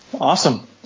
Awesome